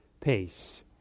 pace